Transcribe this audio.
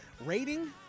rating